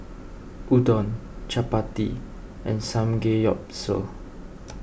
Udon Chapati and Samgeyopsal